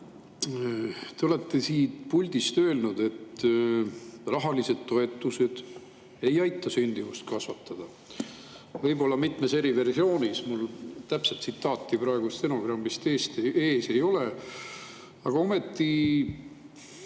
Te olete siit puldist öelnud, et rahalised toetused ei aita sündimust kasvatada, võib-olla mitmes eri versioonis. Mul täpset tsitaati stenogrammist praegu ees ei ole. Aga ometi